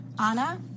Anna